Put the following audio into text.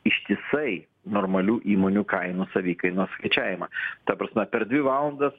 ištisai normalių įmonių kainų savikainos skaičiavimą ta prasme per dvi valandas